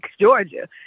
georgia